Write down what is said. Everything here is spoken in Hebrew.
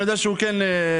אני יודע שהוא כן --- סגרתי.